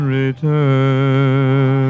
return